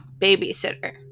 babysitter